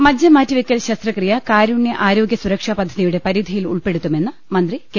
മജ്ജ മാറ്റിവെക്കൽ ശസ്ത്രക്രിയ കാരുണ്യ ആരോഗ്യ സുരക്ഷാ പദ്ധതിയുടെ പരിധിയിൽ ഉൾപ്പെടുത്തുമെന്ന് മന്ത്രി കെ